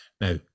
Now